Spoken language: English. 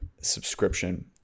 subscription